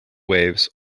waves